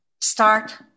start